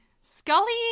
Scully